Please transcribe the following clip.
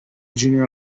junior